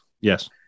Yes